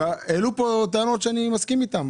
העלו כאן טענות שאני מסכים להן.